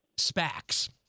SPACs